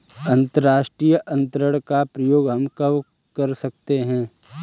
अंतर्राष्ट्रीय अंतरण का प्रयोग हम कब कर सकते हैं?